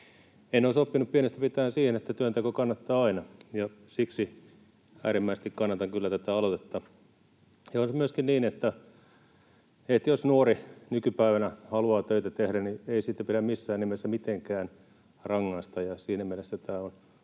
En olisi oppinut pienestä pitäen siihen, että työnteko kannattaa aina, ja siksi äärimmäisesti kannatan kyllä tätä aloitetta. Onhan se myöskin niin, että jos nuori nykypäivänä haluaa töitä tehdä, niin ei siitä pidä missään nimessä mitenkään rangaista, ja siinä mielessä tämä on